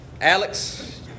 Alex